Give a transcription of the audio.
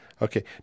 Okay